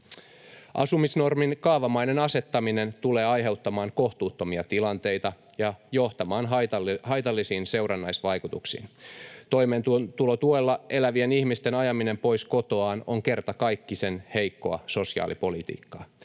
Asumisnormin kaavamainen asettaminen tulee aiheuttamaan kohtuuttomia tilanteita ja johtamaan haitallisiin seurannaisvaikutuksiin. Toimeentulotuella elävien ihmisten ajaminen pois kotoaan on kertakaikkisen heikkoa sosiaalipolitiikkaa.